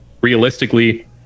realistically